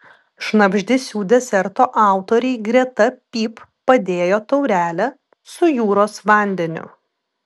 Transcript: šnabždesių deserto autoriai greta pyp padėjo taurelę su jūros vandeniu